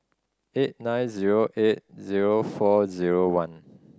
eight nine zero eight zero four zero one